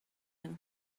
you